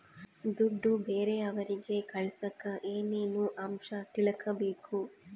ದುಡ್ಡು ಬೇರೆಯವರಿಗೆ ಕಳಸಾಕ ಏನೇನು ಅಂಶ ತಿಳಕಬೇಕು?